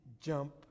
jump